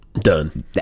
done